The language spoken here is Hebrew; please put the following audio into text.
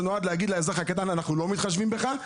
זה נועד להגיד לאזרח הקטן: אנחנו לא מתחשבים בך,